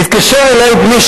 מתקשר אלי בני,